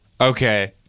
Okay